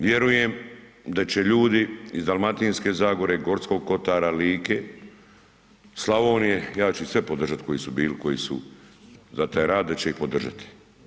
Vjerujem da će ljudi iz Dalmatinske zagore, Gorskog kotara, Like, Slavonije, ja ću ih sve podržati koji su bili, koji su za taj rad, da će ih podržati.